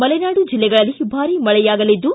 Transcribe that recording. ಮಲೆನಾಡು ಜಿಲ್ಲೆಗಳಲ್ಲಿ ಭಾರಿ ಮಳೆಯಾಗಲಿದ್ದು